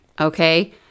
Okay